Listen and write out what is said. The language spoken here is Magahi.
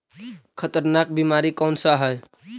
खतरनाक बीमारी कौन सा है?